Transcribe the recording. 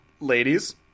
Ladies